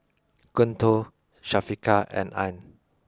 Guntur Syafiqah and Ain